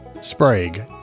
Sprague